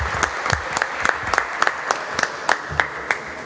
Hvala